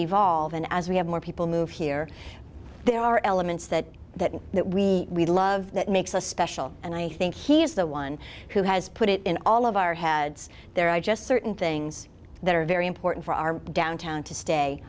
evolve and as we have more people move here there are elements that that that we we love that makes us special and i think he is the one who has put it in all of our heads there are just certain things that are very important for our downtown to stay